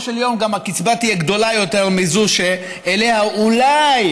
של יום הקצבה תהיה גדולה יותר מזו שאליה אולי,